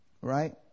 Right